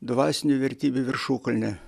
dvasinių vertybių viršukalnę